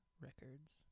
records